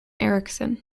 erickson